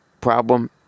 problem